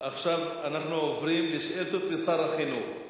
עכשיו אנחנו עוברים לשאילתות לשר החינוך,